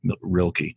Rilke